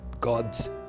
God's